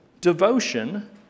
devotion